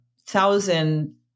thousand